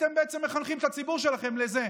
אתם בעצם מחנכים את הציבור שלכם לזה.